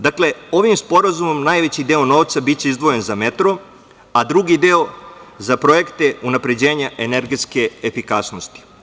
Dakle, ovim sporazumom najveći deo novca biće izdvojen za metro, a drugi deo za projekte unapređenja energetske efikasnosti.